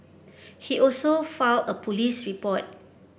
he also filed a police report